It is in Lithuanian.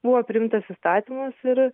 buvo priimtas įstatymas ir